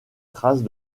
traces